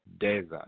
Desert